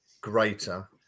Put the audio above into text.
greater